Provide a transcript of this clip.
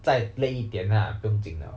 在累一点 ah 不用紧了